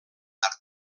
tard